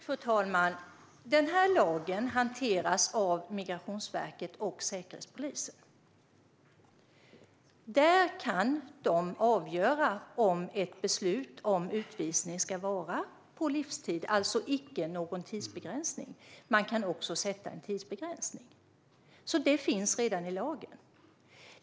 Fru talman! Den här lagen hanteras av Migrationsverket och Säkerhetspolisen. De kan avgöra om ett beslut om utvisning ska vara på livstid, det vill säga utan tidsbegränsning. De kan också sätta en tidsbegränsning. Det finns alltså redan i lagen.